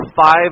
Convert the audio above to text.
five